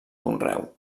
conreu